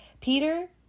Peter